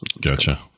Gotcha